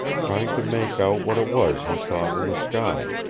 trying to make out what it was he saw in the sky.